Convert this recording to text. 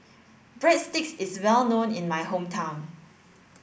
Breadsticks is well known in my hometown